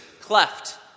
cleft